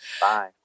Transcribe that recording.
Bye